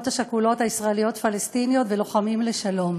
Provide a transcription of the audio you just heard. השכולות הישראלי-פלסטיני ולוחמים לשלום.